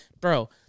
Bro